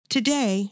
Today